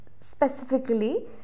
Specifically